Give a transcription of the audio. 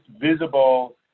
visible